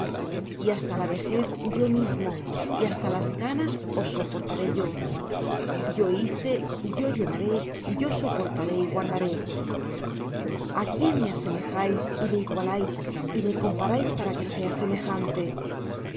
y hasta la vejez yo mismo y hasta las canas os soportaré yo yo hice yo llevaré yo soportaré y guardaré a quién me asemejáis y me igualáis y me comparáis para que sea semejante